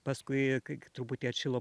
paskui kai truputį atšilo